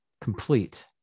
complete